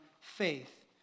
faith